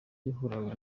yahuraga